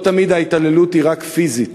לא תמיד ההתעללות היא פיזית,